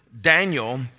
Daniel